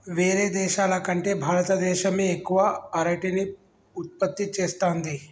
వేరే దేశాల కంటే భారత దేశమే ఎక్కువ అరటిని ఉత్పత్తి చేస్తంది